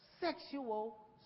sexual